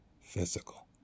physical